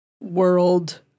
world